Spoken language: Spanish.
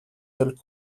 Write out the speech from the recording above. del